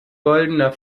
goldener